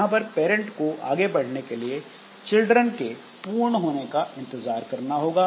यहां पर पेरेंट को आगे बढ़ने के लिए चिल्ड्रन के पूर्ण होने का इंतजार करना होगा